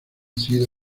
sido